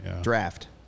Draft